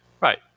Right